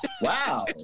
Wow